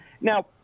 Now